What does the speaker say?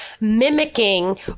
mimicking